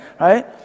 right